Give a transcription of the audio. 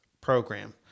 program